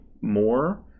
more